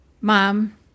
Mom